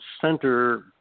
center